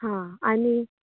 हां आनी